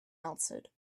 answered